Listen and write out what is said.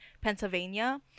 Pennsylvania